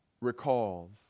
recalls